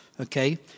Okay